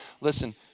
listen